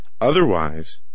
otherwise